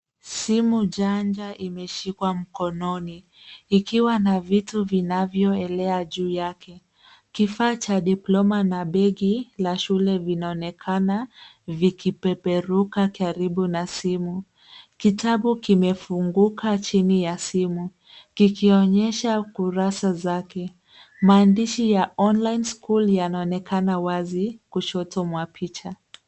Simu janja imeshikwa mkononi ikiwa na vitu vinavyoelea juu yake. Kifaa cha diploma na begi la shule vinaonekana vikipeperuka karibu na simu. Kitabu kimefunguka chini ya simu kikionyesha kurasa zake. Maandishi ya online school yanaonekana wazi kushoto mwa picha.